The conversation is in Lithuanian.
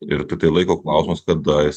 ir tiktai laiko klausimas kada jis